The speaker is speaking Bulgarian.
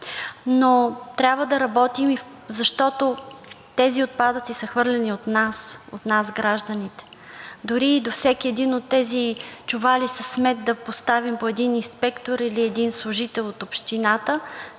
но трябва да работим, защото тези отпадъци са хвърлени от нас, от нас – гражданите. Дори до всеки един от тези чували със смет да поставим по един инспектор или един служител от Общината,